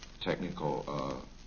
technical